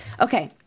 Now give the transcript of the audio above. Okay